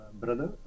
brother